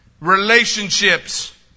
relationships